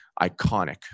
iconic